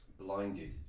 blinded